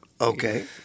Okay